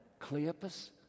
Cleopas